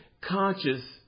conscious